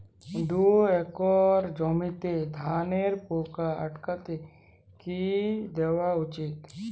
দুই একর জমিতে ধানের পোকা আটকাতে কি দেওয়া উচিৎ?